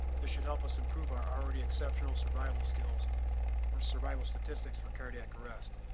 this should help us improve our already exceptional survival skills for survival statistics for cardiac arrest.